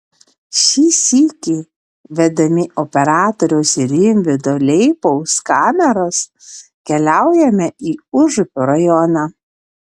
šį sykį vedami operatoriaus rimvydo leipaus kameros keliaujame į užupio rajoną